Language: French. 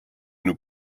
nous